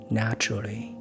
naturally